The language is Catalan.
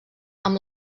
amb